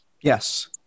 Yes